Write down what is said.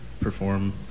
perform